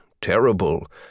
terrible